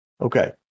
Okay